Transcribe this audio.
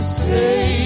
say